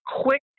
quick